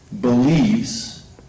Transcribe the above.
believes